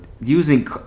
using